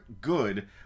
good